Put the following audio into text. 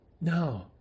No